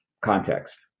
context